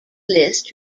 list